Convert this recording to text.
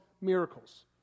miracles